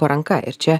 po ranka ir čia